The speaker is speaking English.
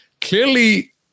clearly